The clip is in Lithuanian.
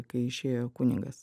kai išėjo kunigas